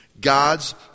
God's